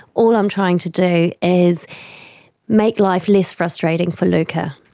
all i'm trying to do is make life less frustrating for luca,